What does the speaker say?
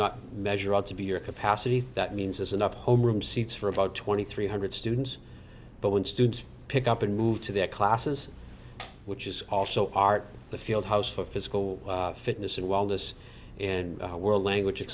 not measure up to be your capacity that means is enough homeroom seats for about twenty three hundred students but when students pick up and move to their classes which is also art the fieldhouse for physical fitness and wellness and world language